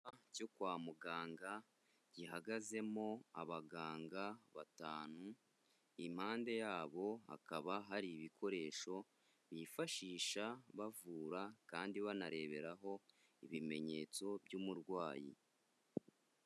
Cyo kwa muganga gihagazemo abaganga batanu, impande yabo hakaba hari ibikoresho bifashisha bavura kandi banareberaho ibimenyetso by'umurwayi.